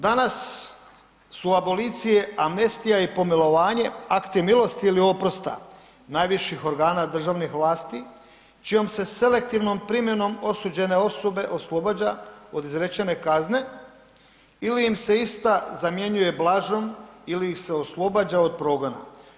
Danas su abolicije, amnestija i pomilovanje akti milosti ili oprosta, najviših organa državnih vlasti čijom se selektivnom primjenom osuđene osobe oslobađa od izrečene kazne ili im se ista zamjenjuje blažom ili ih se oslobađa od progona.